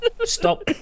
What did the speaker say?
Stop